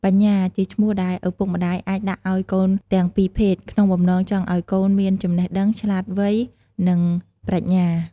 បញ្ញាជាឈ្មោះដែលឪពុកម្តាយអាចដាក់ឲ្យកូនទាំងពីរភេទ ក្នុងបំណងចង់ឲ្យកូនមានចំណេះដឹង ឆ្លាតវៃ និង ប្រាជ្ញា។